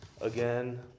again